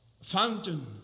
Fountain